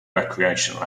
recreational